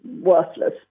worthless